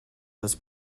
was